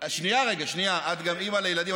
שנייה רגע, שנייה, את גם אימא לילדים.